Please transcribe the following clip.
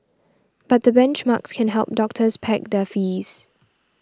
but the benchmarks can help doctors peg their fees